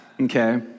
okay